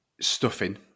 stuffing